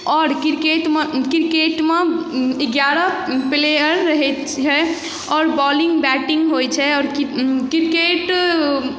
आओर क्रिकेटमे क्रिकेटमे एगारह प्लेयर रहै छै आओर बॉलिंग बैटिंग होइ छै आओर किर क्रिकेट